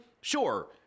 Sure